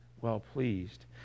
well-pleased